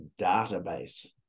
database